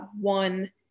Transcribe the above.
one